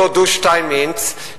אותו דו-שטייניץ,